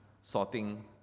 sorting